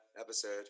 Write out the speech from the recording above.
episode